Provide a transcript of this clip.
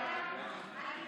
ההצעה להעביר